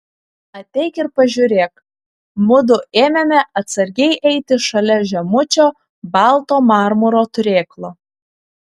ateik ir pažiūrėk mudu ėmėme atsargiai eiti šalia žemučio balto marmuro turėklo